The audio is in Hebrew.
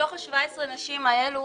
מתוך ה-17 נשים אלו